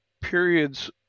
periods